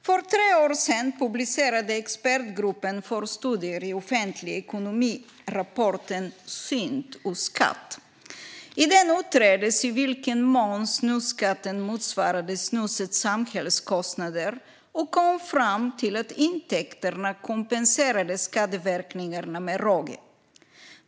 För tre år sedan publicerade Expertgruppen för studier i offentlig ekonomi rapporten Synd och skatt . I den utreddes i vilken mån snusskatten motsvarade snusets samhällskostnader, och man kom fram till att intäkterna kompenserade skadeverkningarna med råge.